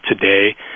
today